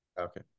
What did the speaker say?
Okay